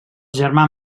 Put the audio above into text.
germà